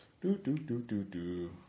Do-do-do-do-do